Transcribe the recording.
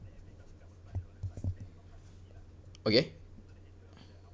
okay